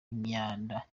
z’amashanyarazi